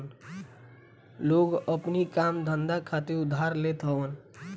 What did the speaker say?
लोग अपनी काम धंधा खातिर उधार लेत हवन